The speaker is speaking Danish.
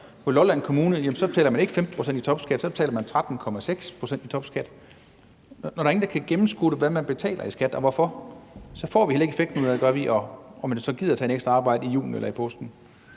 i Lolland Kommune, betaler man ikke 15 pct. i topskat, så betaler man 13,6 pct. i topskat. Når der ingen er, der kan gennemskue, hvad det er, man betaler i skat, og hvorfor, får vi heller ikke effekten ud af, at man så gider at tage ekstra arbejde i julen eller i påsken.